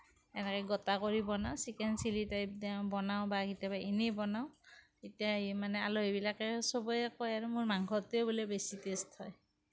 এনেকে গোটা কৰি বনাওঁ চিকেন চিলি টাইপ বনাওঁ বা কেতিয়াবা এনেই বনাওঁ তেতিয়া মানে আলহীবিলাকে সবেই কয় আৰু মোৰ মাংসটোৱেই বোলে বেছি টেষ্ট হয়